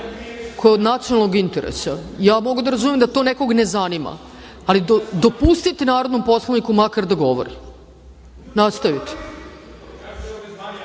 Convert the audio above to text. koja je od nacionalnog interesa. Ja mogu da razumem da to nekoga ne zanima, ali dopustite narodnom poslaniku makar da govori. Nastavite.